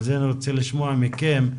על כך אני רוצה לשמוע מכם,